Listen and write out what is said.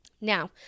Now